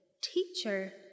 Teacher